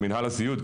למנהל הסיעוד,